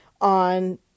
on